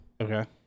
Okay